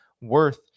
worth